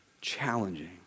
challenging